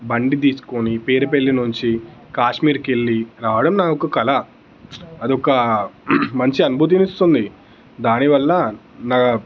బండి తీసుకొని పేరపెళ్లి నుంచి కాశ్మీర్కి వెళ్ళి రావడం నాకు కల అది ఒక మంచి అనుభూతిని ఇస్తుంది దానివల్ల నా